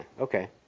Okay